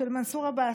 של מנסור עבאס.